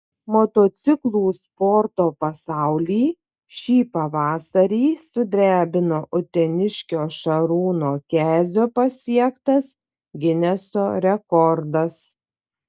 motociklų sporto pasaulį šį pavasarį sudrebino uteniškio šarūno kezio pasiektas gineso rekordas